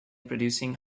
producing